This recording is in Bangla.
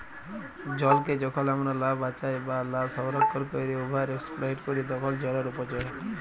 জলকে যখল আমরা লা বাঁচায় বা লা সংরক্ষল ক্যইরে ওভার এক্সপ্লইট ক্যরি তখল জলের অপচয় হ্যয়